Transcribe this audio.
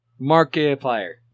Markiplier